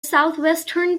southwestern